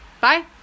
Bye